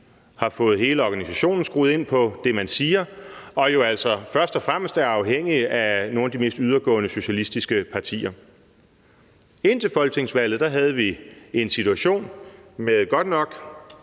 har fået hele organisationen skruet ind på det, man siger, og som jo altså først og fremmest er afhængig af nogle af de mest yderligtgående socialistiske partier. Indtil folketingsvalget havde vi en situation med godt nok